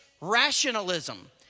rationalism